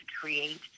create